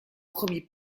promit